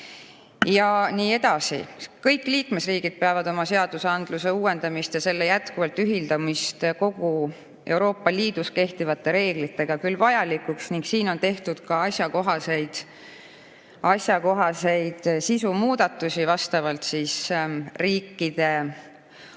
ja nii edasi. Kõik liikmesriigid peavad oma seadusandluse uuendamist ja selle jätkuvat ühildamist kogu Euroopa Liidus kehtivate reeglitega küll vajalikuks ja siin on tehtud ka asjakohaseid sisumuudatusi vastavalt riikide